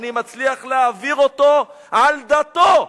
אני מצליח להעביר אותו על דתו.